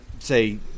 say